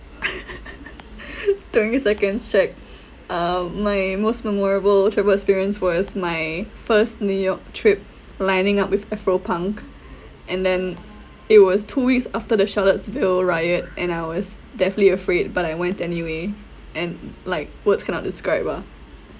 twenty seconds check uh my most memorable travel experience was my first new york trip lining up with afropunk and then it was two weeks after the charlottesville riot and I was definitely afraid but I went anyway and like words cannot describe ah